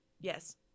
Yes